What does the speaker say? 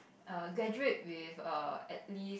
err graduate with err at least